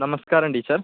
നമസ്കാരം ടീച്ചർ